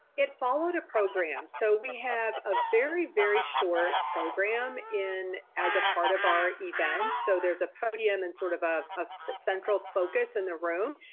it followed a program. so we have a very, very short program as a part of our event. so there's a podium and sort of of a central focus in the room.